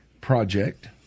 project